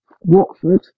Watford